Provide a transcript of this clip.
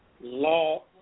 law